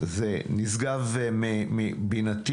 זה נשגב מבינתי.